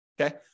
Okay